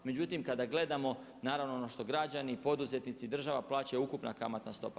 Međutim, kada gledamo, naravno ono što građani i poduzetnici, država plaćaju, ukupna kamatna stopa.